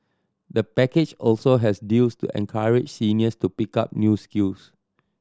the package also has deals to encourage seniors to pick up new skills